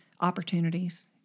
opportunities